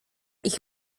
ich